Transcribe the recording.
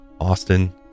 Austin